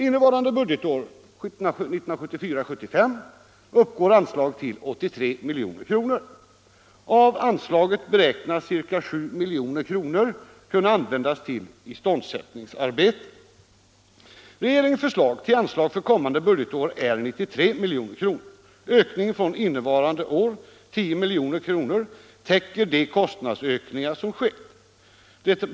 Innevarande budgetår, 1974/75, uppgår anslaget till 83 milj.kr. Av anslaget beräknas ca 7 milj.kr. kunna användas till iståndsättningsarbeten. Regeringens förslag till anslag för kommande budgetår är 93 milj.kr. Ökningen från innevarande år, 10 milj.kr., täcker de kostnadsökningar som skett.